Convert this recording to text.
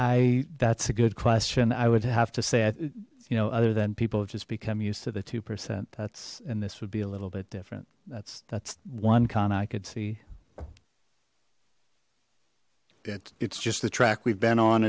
i that's a good question i would have to say it you know other than people just become used to the two percent that's and this would be a little bit different that's that's one con i could see it it's just the track we've been on